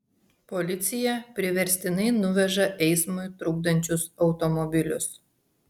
policija priverstinai nuveža eismui trukdančius automobilius